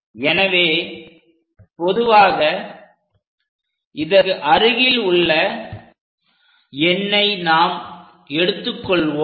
எனவே பொதுவாக இதற்கு அருகில் உள்ள எண்ணை நாம் எடுத்துக் கொள்வோம்